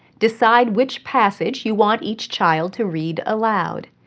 decide which passage you want each child to read aloud.